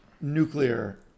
nuclear